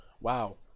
wow